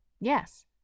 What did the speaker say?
Yes